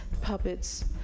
Puppets